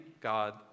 God